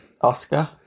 Oscar